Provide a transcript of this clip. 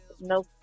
No